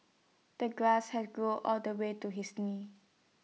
the grass had grown all the way to his knees